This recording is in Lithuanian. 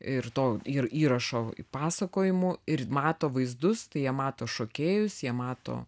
ir to ir įrašo pasakojimų ir mato vaizdus tai jie mato šokėjus jie mato